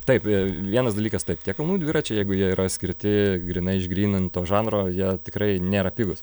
taip vienas dalykas taip tie kalnų dviračiai jeigu jie yra skirti grynai išgryninto žanro jie tikrai nėra pigūs